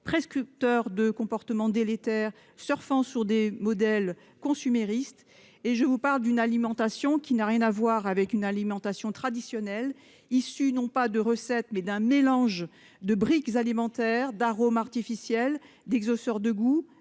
prescripteurs de comportements délétères et surfant sur des modèles consuméristes. Et je vous parle d'une alimentation n'ayant rien à voir avec ce que l'on entend traditionnellement par-là : elle est issue d'un mélange de briques alimentaires, d'arômes artificiels, d'exhausteurs de goût,